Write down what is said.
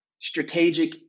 strategic